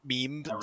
meme